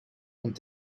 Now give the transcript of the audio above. und